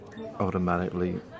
automatically